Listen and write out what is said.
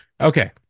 Okay